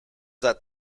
that